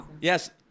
yes